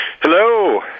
Hello